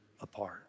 apart